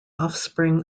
offspring